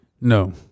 No